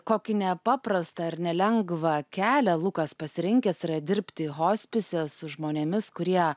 kokį nepaprastą ir nelengvą kelią lukas pasirinkęs dirbti hospise su žmonėmis kurie